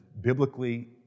biblically